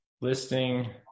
listing